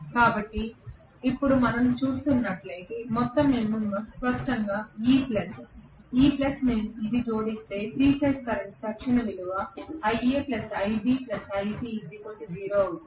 కాబట్టి ఇప్పుడు మనం చూస్తున్నట్లయితే ఇది మొత్తం MMF స్పష్టంగా ఈ ప్లస్ ఈ ప్లస్ నేను జోడిస్తే ఇది 3 ఫేజ్ కరెంట్ తక్షణ విలువ